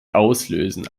auslösen